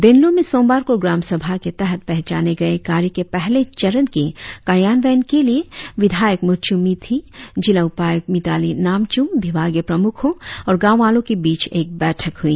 देनलो में सोमवार को ग्राम सभा के तहत पहचाने गए कार्य के पहले चरण के कार्यान्वयन के लिए विधायक मुतचु मिथि जिला उपायुक्त मिताली नामचूम विभागीय प्रमुखो और गाँववालो की बीच एक बैठक हुई